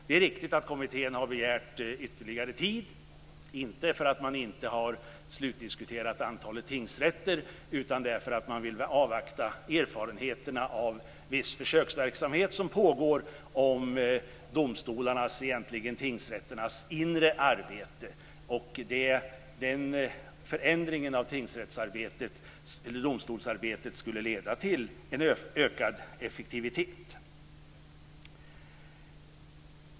Det är riktigt att kommittén har begärt ytterligare tid, inte på grund av att den inte har slutdiskuterat antalet tingsrätter utan därför att den vill avvakta erfarenheterna av viss försöksverksamhet som pågår om domstolarnas, egentligen tingsrätternas, inre arbete. Den förändringen av domstolsarbetet skulle leda till en ökad effektivitet.